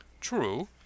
True